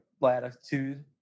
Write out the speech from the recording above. latitude